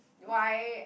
why